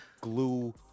glue